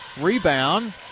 rebound